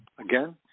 again